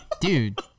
Dude